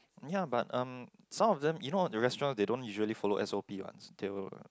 ya but um some of them you know all the restaurants they don't usually follow S_O_P what they will